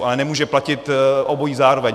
Ale nemůže platit obojí zároveň.